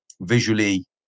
visually